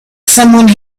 someone